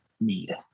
need